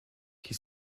qui